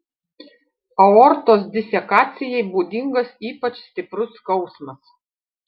aortos disekacijai būdingas ypač stiprus skausmas